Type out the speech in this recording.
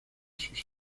sus